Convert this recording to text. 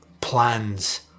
plans